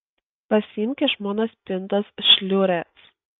pasiimk iš mano spintos šliures